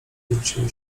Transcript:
zwróciły